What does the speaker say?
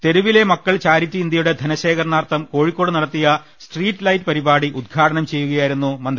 തെരുവിലെ മക്കൾ ചാരിറ്റി ഇന്ത്യയുടെ ധനശേഖരണാർത്ഥം കോ ഴിക്കോട്ട് നടത്തിയ സ്ട്രീറ്റ്ലൈറ്റ് പരിപാടി ഉദ്ഘാടനം ചെയ്യുക യായിരുന്നു മന്ത്രി